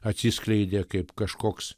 atsiskleidė kaip kažkoks